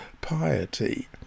piety